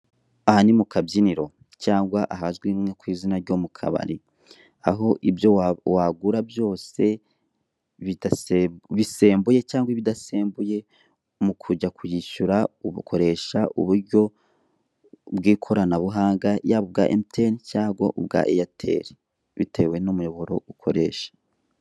Aha ni mu kabyiniro cyangwa ahazwi nko mu kabiri. Aho ibyo wagura byose, bisembuye cyangwa ibidasembuye, mu kujya kwishyura ukoresha uburyo bw'ikoranabuhanga, yaba ubwa emutiyeni cyangwa ubwa eyateri bitewe n'umuyoboro ukoresha.